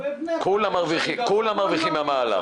--- כולם מרוויחים מהמהלך.